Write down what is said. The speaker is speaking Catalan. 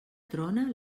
trona